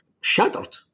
shattered